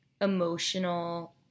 emotional